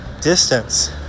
distance